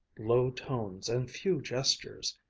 low tones and few gestures,